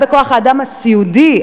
גם בכוח-האדם הסיעודי,